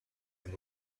and